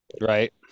right